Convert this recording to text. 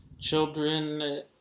Children